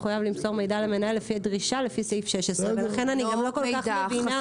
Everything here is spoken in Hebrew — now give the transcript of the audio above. מחויב למסור מידע למנהל לפי דרישה לפי סעיף 16. ולכן אני גם לא כל כך מבינה --- לא מידע חסוי.